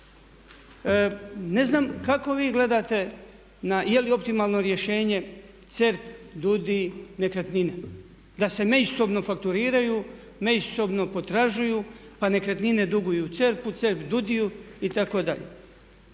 Ne znam kako vi gledati je li optimalno rješenje CERP, DUUDI,n? Da se međusobno fakturiraju, međusobno potražuju pa Nekretnine duguju CERP-u, CERP DUUDI-u itd.